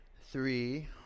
Three